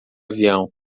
avião